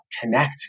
connect